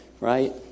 Right